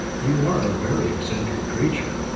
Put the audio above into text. you are a very eccentric creature,